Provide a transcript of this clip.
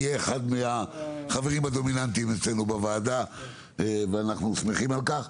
יהיה אחד החברים הדומיננטיים אצלנו בוועדה ואנחנו שמחים על כך.